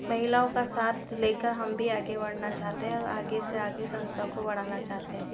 महिलाओं का साथ लेकर हम भी आगे बढ़ना चाहते हैं और आगे से आगे संस्था को बढ़ाना चाहते हैं